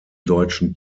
deutschen